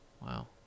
wow